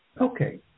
Okay